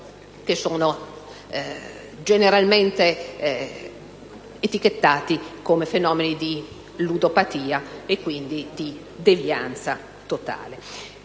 che sono generalmente etichettati come fenomeni di ludopatia e quindi di devianza.